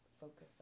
focus